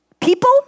people